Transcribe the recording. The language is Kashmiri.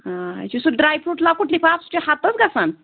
آ یہِ چھُ سُہ ڈرٛے فرٛوٗٹ لۄکُٹ لِفاف سُہ چھا ہَتس گژھان